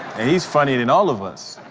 he's funnier than all of us